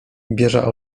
wieża